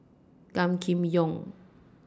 Gan Kim Yong